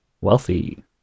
Wealthy